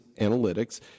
analytics